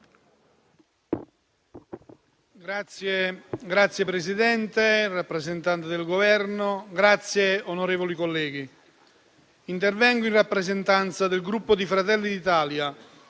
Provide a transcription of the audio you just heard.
Signor Presidente, rappresentante del Governo, onorevoli colleghi, intervengo in rappresentanza del Gruppo Fratelli d'Italia